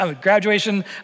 graduation